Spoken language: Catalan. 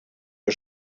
que